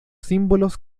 símbolos